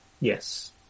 Yes